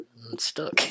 stuck